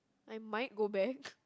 I might go back